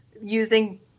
using